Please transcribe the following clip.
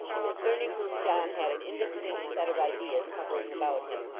concerning whom john had an indistinct set of ideas hovering about him,